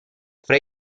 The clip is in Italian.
fra